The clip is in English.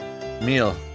meal